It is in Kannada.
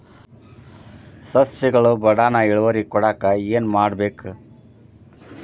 ಸಸ್ಯಗಳು ಬಡಾನ್ ಇಳುವರಿ ಕೊಡಾಕ್ ಏನು ಮಾಡ್ಬೇಕ್?